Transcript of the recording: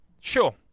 Sure